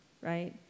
right